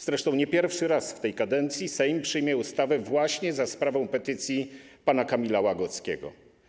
Zresztą nie pierwszy raz w tej kadencji Sejm przyjmie ustawę właśnie za sprawą petycji pana Kamila Łagockiego.